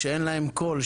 שאין להם קול,